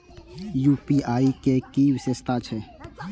UPI के कि विषेशता छै?